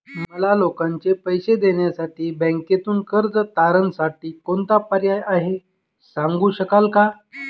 मला लोकांचे पैसे देण्यासाठी बँकेतून कर्ज तारणसाठी कोणता पर्याय आहे? सांगू शकता का?